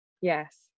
yes